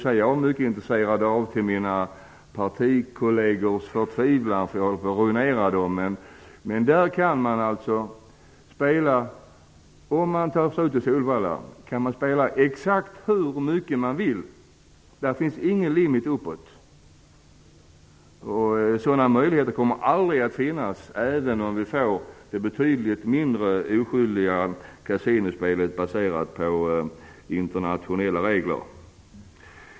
Jag är mycket intresserad av det, till mina partikollegers förtvivlan. Jag håller nämligen på att ruinera dem. På Solvalla kan man spela för hur mycket man vill. Det finns ingen övre gräns. Sådana möjligheter kommer aldrig att finnas med det betydligt mer oskyldiga kasinospelet enligt internationella regler.